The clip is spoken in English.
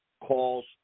calls